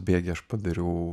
bėgyje aš padariau